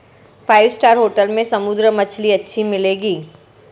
five star hotel में समुद्री मछली अच्छी मिलेंगी